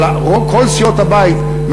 אבל כל סיעות הבית,